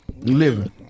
living